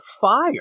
fire